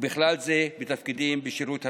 ובכלל זה בתפקידים בשירות המדינה.